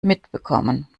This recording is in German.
mitbekommen